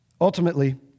Ultimately